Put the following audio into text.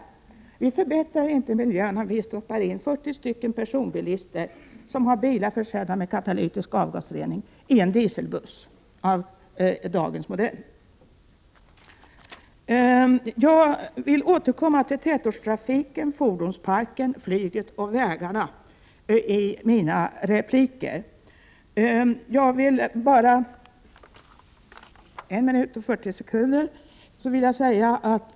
Vi kommer inte att kunna förbättra miljön, om vi i en dieselbuss av dagens modell stoppar in 40 stycken personer, som har bilar försedda med katalytisk avgasrening. Jag skall återkomma till tätortstrafiken, fordonsparken, flyget och vägarna i mina repliker.